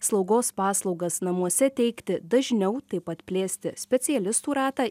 slaugos paslaugas namuose teikti dažniau taip pat plėsti specialistų ratą